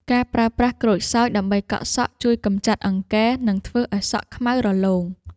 ការប្រើប្រាស់ក្រូចសើចដើម្បីកក់សក់ ជួយកម្ចាត់អង្គែ និងធ្វើឱ្យសក់ខ្មៅរលោង។